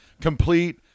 complete